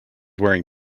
wearing